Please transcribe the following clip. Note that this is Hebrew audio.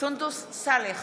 סונדוס סאלח,